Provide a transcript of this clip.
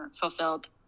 fulfilled